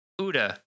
Uda